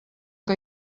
que